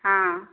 ହଁ